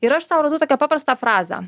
ir aš sau radau tokią paprastą frazę